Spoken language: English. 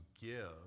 give